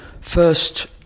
first